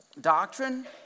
doctrine